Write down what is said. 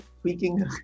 Tweaking